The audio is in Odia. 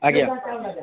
ଆଜ୍ଞା